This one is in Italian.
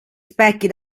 specchi